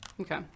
Okay